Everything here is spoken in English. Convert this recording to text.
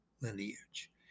lineage